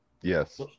Yes